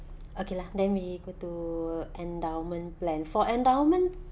okay lah then we go to endowment plan for endowment